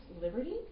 liberty